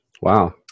Wow